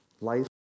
life